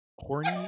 horny